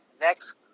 next